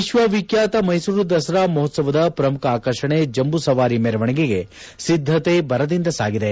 ವಿಕ್ವವಿಖ್ಯಾತ ಮೈಸೂರು ದಸರಾ ಮಹೋತ್ಸವದ ಪ್ರಮುಖ ಆಕರ್ಷಣೆ ಜಂಬೂ ಸವಾರಿ ಮೆರವಣಿಗೆಗೆ ಸಿದ್ದತೆ ಭರದಿಂದ ಸಾಗಿದೆ